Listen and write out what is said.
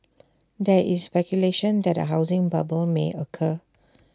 there is speculation that A housing bubble may occur